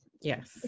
Yes